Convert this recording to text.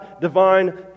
divine